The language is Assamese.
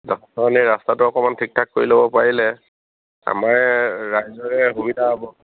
ৰাস্তাটো অকণমান ঠিক ঠাক কৰি ল'ব পাৰিলে আমাৰে ৰাইজৰে সুবিধা হ'ব